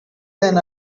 than